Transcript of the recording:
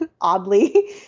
oddly